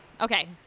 Okay